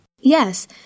Yes